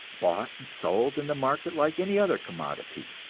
bought and sold in the market like any other commodity.